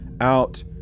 out